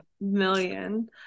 million